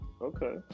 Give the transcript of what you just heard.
okay